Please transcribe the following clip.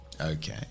Okay